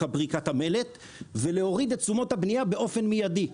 פריקת המלט ולהוריד את תשומות הבנייה באופן מידי.